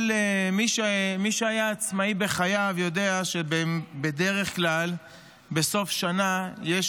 כל מי שהיה עצמאי בחייו יודע שבדרך כלל בסוף שנה יש